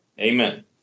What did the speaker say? Amen